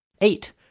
Eight